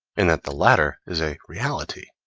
in that the latter is a reality,